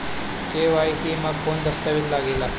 KYC मे कौन दश्तावेज लागेला?